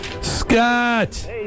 Scott